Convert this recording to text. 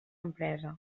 empresa